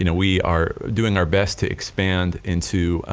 you know we are doing our best to expand into,